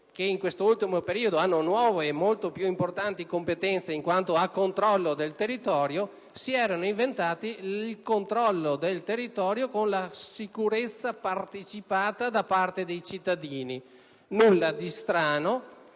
che in questo ultimo periodo hanno nuove e molto più importanti competenze in quanto a controllo del territorio, si erano inventati il controllo del territorio con la sicurezza partecipata con i cittadini. Non vi è nulla di strano,